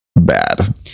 bad